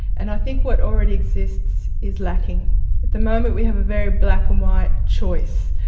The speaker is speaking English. and i think what already exists is lacking. at the moment we have a very black-and-white choice.